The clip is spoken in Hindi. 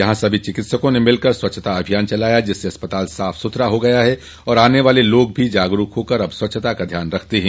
यहां सभी चिकित्सकों ने मिल कर स्वच्छता अभियान चलाया जिससे अस्पताल साफ सुथरा हो गया है और आने वाले लोग भी जागरूक होकर अब स्वच्छता का ध्यान रखते हैं